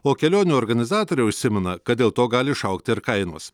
o kelionių organizatoriai užsimena kad dėl to gali išaugti ir kainos